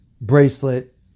bracelet